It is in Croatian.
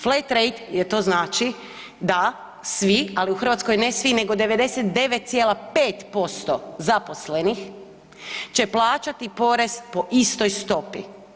Flat rate je to znači da svi, ali u Hrvatskoj ne svi nego 99,5% zaposlenih će plaćati porez po istoj stopi.